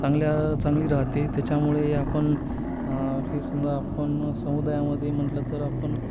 चांगल्या चांगली राहते त्याच्यामुळे आपण हे समजा आपण समुदायामध्ये म्हटलं तर आपण